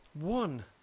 One